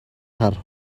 хар